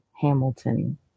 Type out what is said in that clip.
Hamilton